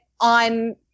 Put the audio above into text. on